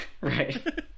Right